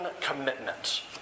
commitment